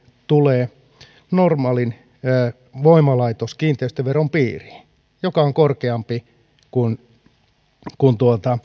tulee normaalin voimalaitoskiinteistöveron piiriin joka on korkeampi kuin tämä